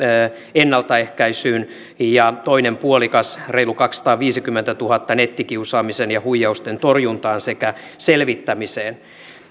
ennaltaehkäisyyn ja toinen puolikas reilu kaksisataaviisikymmentätuhatta nettikiusaamisen ja huijausten torjuntaan sekä selvittämiseen